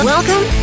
Welcome